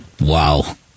Wow